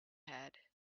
head